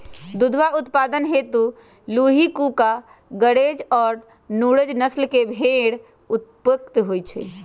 दुधवा उत्पादन हेतु लूही, कूका, गरेज और नुरेज नस्ल के भेंड़ उपयुक्त हई